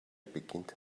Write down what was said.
beginnt